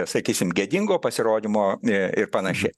sakysim gėdingo pasirodymo ir panašiai